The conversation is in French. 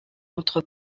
entre